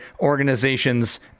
organizations